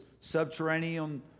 subterranean